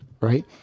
right